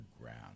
ground